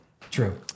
True